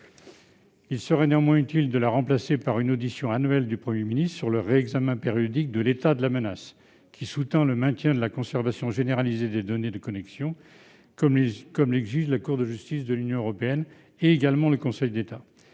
Il serait néanmoins utile de la remplacer par une audition annuelle du Premier ministre sur le réexamen périodique de l'état de la menace, qui sous-tend le maintien de la conservation généralisée des données de connexion, comme l'exigent la CJUE et le Conseil d'État.